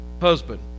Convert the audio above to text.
husband